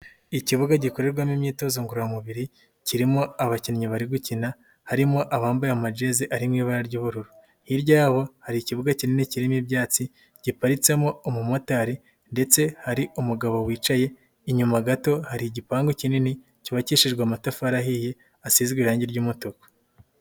Ikibuga gikorerwamo imyitozo ngororamubiri kirimo abakinnyi bari gukina harimo abambaye amajeze ari mu ibara ry'ubururu, hirya yabo hari ikibuga kinini kirimo ibyatsi giparitsemo umumotari ndetse hari umugabo wicaye, inyuma gato hari igipangu kinini cyubakishijwe amatafari ahiye asize irangi ry'umutuku.